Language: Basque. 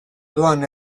doan